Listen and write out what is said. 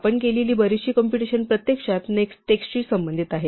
आपण केलेली बरीचशी कॉम्पुटेशन प्रत्यक्षात टेक्स्टशी संबंधित आहे